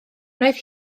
wnaeth